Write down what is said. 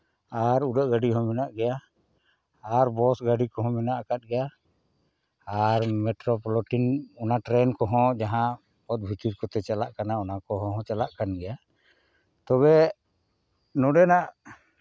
ᱟᱨ ᱩᱰᱟᱹᱜ ᱜᱟᱹᱰᱤ ᱦᱚᱸ ᱢᱮᱱᱟᱜ ᱜᱮᱭᱟ ᱟᱨ ᱵᱚᱥ ᱜᱟᱹᱰᱤ ᱠᱚᱦᱚᱸ ᱢᱮᱱᱟᱜ ᱟᱠᱟᱫ ᱜᱮᱭᱟ ᱟᱨ ᱢᱮᱴᱨᱳ ᱯᱞᱮᱴᱤᱝ ᱚᱱᱟ ᱴᱨᱮᱱ ᱠᱚᱦᱚᱸ ᱡᱟᱦᱟᱸ ᱚᱛ ᱵᱷᱤᱛᱤᱨ ᱠᱚᱛᱮ ᱪᱟᱞᱟᱜ ᱠᱟᱱᱟ ᱚᱱᱟ ᱠᱚᱦᱚᱸ ᱪᱟᱞᱟᱜ ᱠᱟᱱ ᱜᱮᱭᱟ ᱛᱚᱵᱮ ᱱᱚᱰᱮᱱᱟᱜ ᱡᱟᱦᱟᱸ